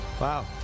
Wow